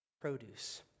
produce